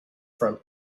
from